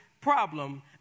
problem